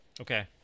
Okay